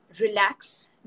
relax